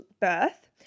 birth